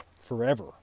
Forever